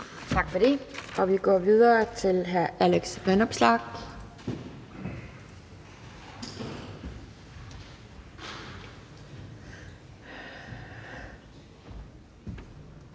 Tak for det, og vi går videre til hr. Alex Vanopslagh.